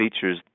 features